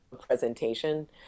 presentation